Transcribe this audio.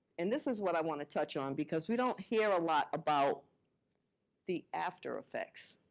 and this is what i want to touch on because we don't hear a lot about the aftereffects